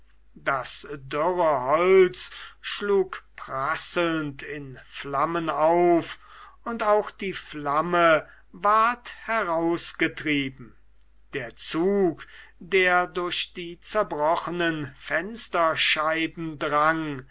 das dürre holz schlug prasselnd in flammen auf und auch die flamme ward herausgetrieben der zug der durch die zerbrochenen fensterscheiben drang